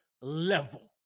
level